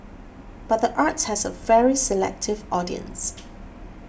but the arts has a very selective audience